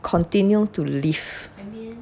continue to live